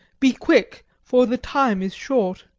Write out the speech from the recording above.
be quick, for the time is short!